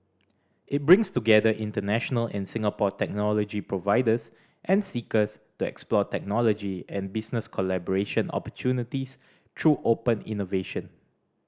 it brings together international and Singapore technology providers and seekers to explore technology and business collaboration opportunities through open innovation